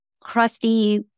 crusty